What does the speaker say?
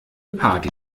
party